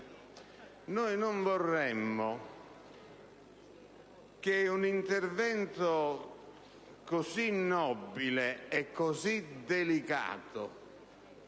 Non vorremmo che un intervento così nobile e così delicato